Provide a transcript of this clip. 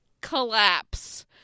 collapse